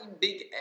big